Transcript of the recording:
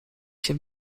się